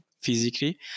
physically